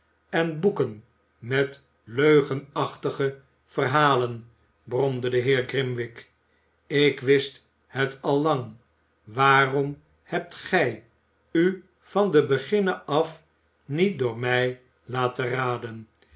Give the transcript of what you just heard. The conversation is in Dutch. en boeken met leugenachtige verhalen bromde de heer grimwig ik wist het al lang waarom hebt gij u van den beginne af niet door mij laten raden